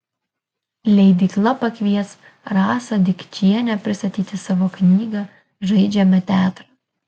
leidykla pakvies rasą dikčienę pristatyti savo knygą žaidžiame teatrą